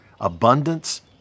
abundance